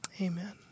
Amen